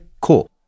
Cool